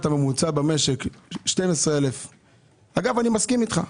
הממוצע במשק 12,000. אני מסכים איתך אגב.